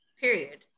period